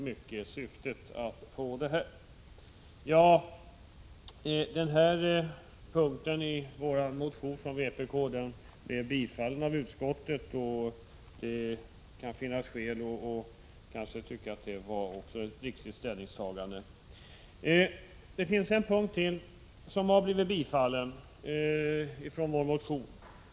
Det här kravet i vår motion tillstyrktes av utskottet, och det var som jag ser det ett riktigt ställningstagande. Vår motion tillstyrktes på ytterligare en punkt.